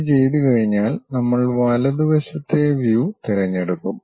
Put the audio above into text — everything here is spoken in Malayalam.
അത് ചെയ്തുകഴിഞ്ഞാൽ നമ്മൾ വലതുവശത്തെ വ്യൂ തിരഞ്ഞെടുക്കും